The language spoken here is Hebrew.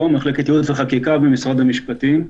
מחלקת ייעוץ וחקיקה, משרד המשפטים.